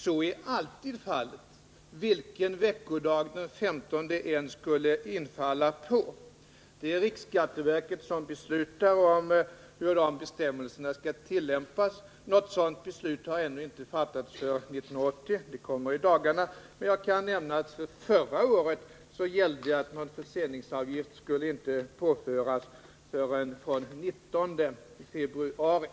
Så är alltid fallet, oavsett på vilken veckodag den 15 februari infaller. Det är riksskatteverket som beslutar om hur dessa bestämmelser skall tillämpas, men något sådant beslut har ännu inte fattats för 1980 — det kommer i dagarna — men jag kan nämna att beslutet förra året innebar att förseningsavgift inte skulle påföras deklarant förrän från den 19 februari.